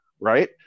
Right